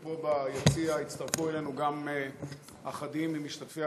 פה ביציע הצטרפו אלינו גם אחדים ממשתתפי